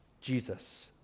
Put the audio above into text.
Jesus